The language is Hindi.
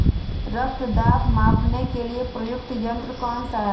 रक्त दाब मापने के लिए प्रयुक्त यंत्र कौन सा है?